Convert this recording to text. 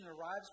arrives